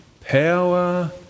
power